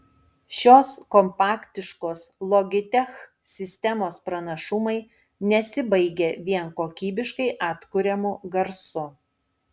šios kompaktiškos logitech sistemos pranašumai nesibaigia vien kokybiškai atkuriamu garsu